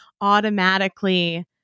automatically